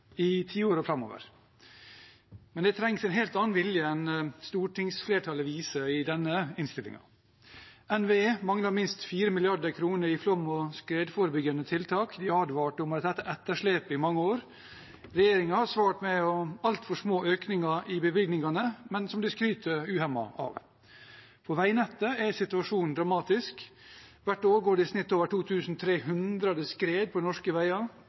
i tiårene framover. Men det trengs en helt annen vilje enn stortingsflertallet viser i denne innstillingen. NVE mangler minst 4 mrd. kr i flom- og skredforebyggende tiltak. De advarte om et etterslep i mange år. Regjeringen har svart med altfor små økninger i bevilgningene, men som de skryter uhemmet av. På veinettet er situasjonen dramatisk. Hvert år går det i snitt over 2 300 skred på norske veier.